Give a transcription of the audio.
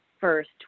first